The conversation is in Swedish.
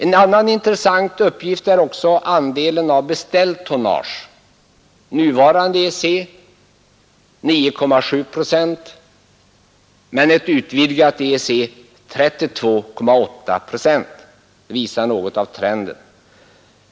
En annan intressant uppgift är också andelen av beställt tonnage — nuvarande EEC 9,7 procent men ett utvidgat EEC 32,8 procent. Detta visar något av trenden.